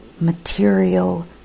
material